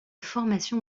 formation